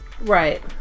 Right